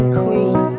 queen